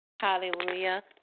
Hallelujah